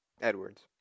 Edwards